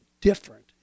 different